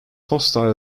hostile